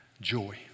joy